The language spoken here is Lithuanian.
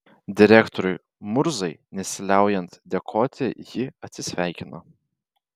direktoriui murzai nesiliaujant dėkoti ji atsisveikino